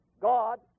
God